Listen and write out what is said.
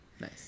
nice